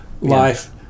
life